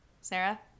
Sarah